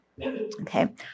Okay